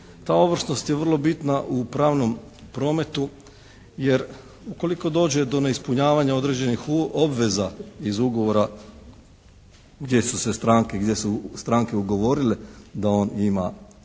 Ta ovršnost je vrlo bitna u pravnom prometu jer ukoliko dođe do neispunjavanja određenih obveza iz ugovora gdje su se stranke, gdje su stranke